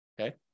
Okay